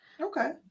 okay